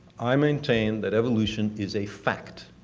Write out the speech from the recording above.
i maintain that evolution is a fact.